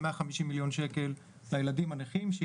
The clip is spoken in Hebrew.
150 מיליון שקלים לילדים הנכים.